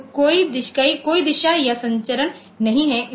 तो कोई दिशा या संचरण नहीं है